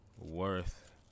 worth